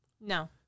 No